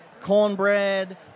cornbread